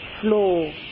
flow